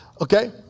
Okay